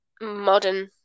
modern